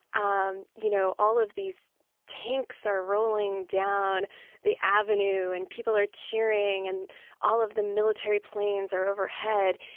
um you know, all of these tanks are rolling down the avenue and people are cheering and all of the military planes are overhead.